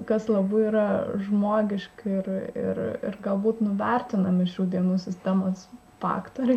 kas labai yra žmogiška ir ir galbūt nuvertinami šių dienų sistemos faktoriai